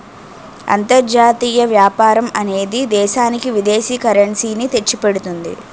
అంతర్జాతీయ వ్యాపారం అనేది దేశానికి విదేశీ కరెన్సీ ని తెచ్చిపెడుతుంది